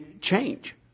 change